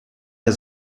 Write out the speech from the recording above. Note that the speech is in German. der